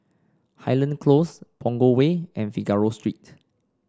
Highland Close Punggol Way and Figaro Street